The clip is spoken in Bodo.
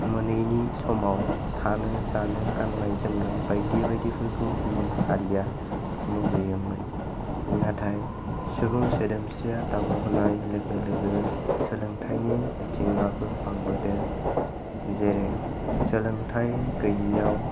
मोनैनि समाव थानो जानो गाननाय जोमनाय बायदि बायदिफोरखौ गुबुन हारिया मुगैयोमोन नाथाय सुबुं सोदोमस्रिया दावगाबोनाय लोगो लोगो सोलोंथाइनि बिथिङाबो बांबोदों जेरै सोंलोंथाइ गैयियाव